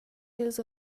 dils